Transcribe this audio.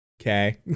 Okay